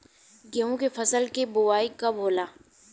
गेहूं के फसल के बोआई कब होला?